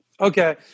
Okay